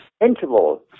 Interval